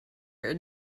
your